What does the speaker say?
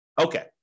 Okay